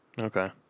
Okay